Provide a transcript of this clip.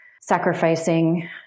sacrificing